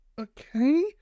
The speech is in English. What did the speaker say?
okay